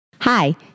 Hi